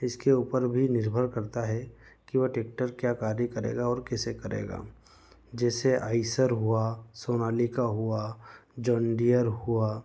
इसके ऊपर भी निर्भर करता है कि वह ट्रैक्टर क्या कार्य करेगा और कैसे करेगा जैसे आइसर हुआ सोनालिका हुआ जोंडियर हुआ